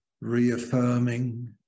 reaffirming